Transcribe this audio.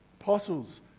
apostles